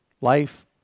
Life